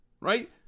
Right